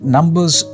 Numbers